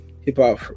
hip-hop